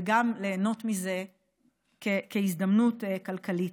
וגם ליהנות מזה כהזדמנות כלכלית.